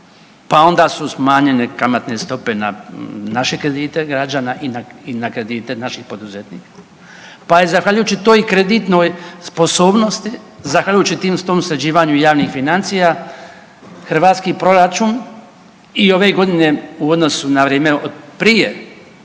pa onda su smanjene kamatne stope na naše kredite građana i na kredite naših poduzetnika, pa je zahvaljujući toj kreditnoj sposobnosti, zahvaljujući tom sređivanju javnih financija hrvatski proračun i ove godine u odnosu na vrijeme od prije